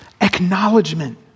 acknowledgement